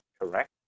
correct